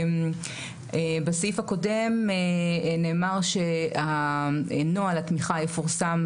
בסעיף הקודם נאמר שנוהל התמיכה יפורסם